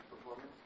performance